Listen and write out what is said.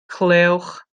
clywch